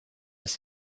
ist